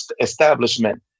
establishment